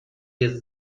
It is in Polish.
jest